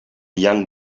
young